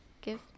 give